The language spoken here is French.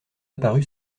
apparu